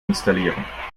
installieren